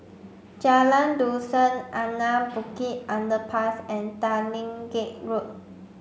Jalan Dusan Anak Bukit Underpass and Tanglin Gate Road